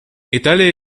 италия